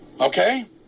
Okay